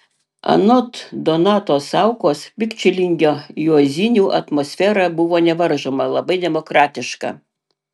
anot donato saukos pikčilingio juozinių atmosfera buvo nevaržoma labai demokratiška